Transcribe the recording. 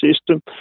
system